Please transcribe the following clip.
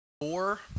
four